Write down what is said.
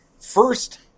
first